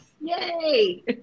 yay